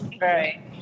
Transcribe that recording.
Right